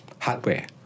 hardware